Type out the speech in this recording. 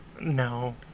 No